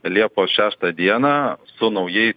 liepos šeštą dieną su naujais